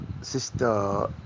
sister